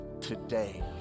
today